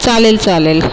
चालेल चालेल